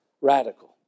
radical